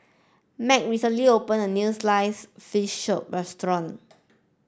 Meg recently opened a new slice fish show restaurant